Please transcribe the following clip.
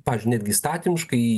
pavyzdžiui netgi įstatymiškai